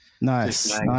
nice